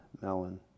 melon